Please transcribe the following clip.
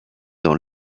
dans